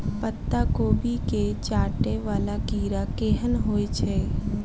पत्ता कोबी केँ चाटय वला कीड़ा केहन होइ छै?